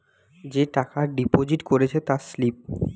যে টাকা ডিপোজিট করেছে তার স্লিপ